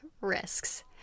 risks